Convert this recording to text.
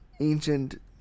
ancient